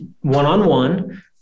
one-on-one